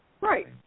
right